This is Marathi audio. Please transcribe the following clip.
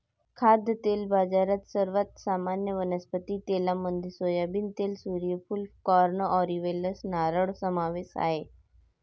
खाद्यतेल बाजारात, सर्वात सामान्य वनस्पती तेलांमध्ये सोयाबीन तेल, सूर्यफूल, कॉर्न, ऑलिव्ह, नारळ समावेश आहे